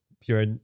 Pure